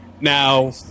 Now